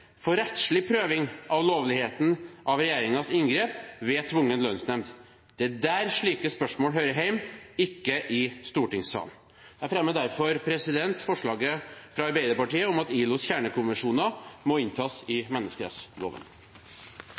for rettslig prøving av lovligheten av regjeringens inngrep ved tvungen lønnsnemnd. Det er der slike spørsmål hører hjemme, ikke i stortingssalen. Jeg anbefaler derfor komiteens innstilling om at ILOs kjernekonvensjoner må inntas i menneskerettsloven.